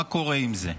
מה קורה עם זה?